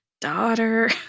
daughter